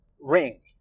Ring